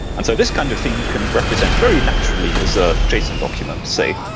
and so this kind of thing you can represent very naturally as a json document, say,